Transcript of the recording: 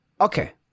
Okay